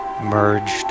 merged